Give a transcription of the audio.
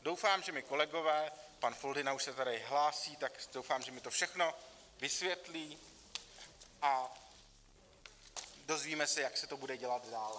Doufám, že mi kolegové pan Foldyna už se tady hlásí, tak doufám, že mi to všechno vysvětlí a dozvíme se, jak se to bude dělat dál.